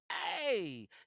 Hey